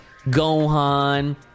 Gohan